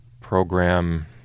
program